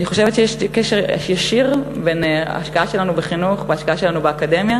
אני חושבת שיש קשר ישיר בין ההשקעה שלנו בחינוך וההשקעה שלנו באקדמיה